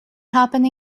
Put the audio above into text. happen